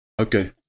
Okay